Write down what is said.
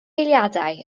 eiliadau